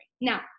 Now